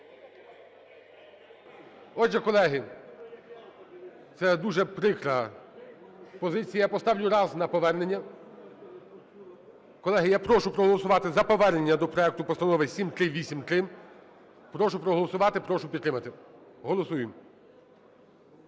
Отже, колеги, це дуже прикра позиція. Я поставлю раз на повернення. Колеги, я прошу проголосувати за повернення до проекту Постанови 7383. Прошу проголосувати, прошу підтримати. Голосуємо.